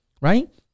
right